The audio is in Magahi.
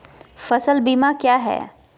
फ़सल बीमा क्या है?